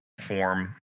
form